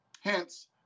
Hence